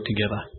together